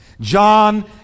John